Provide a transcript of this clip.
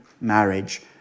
marriage